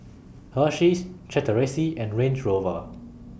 Hersheys Chateraise and Range Rover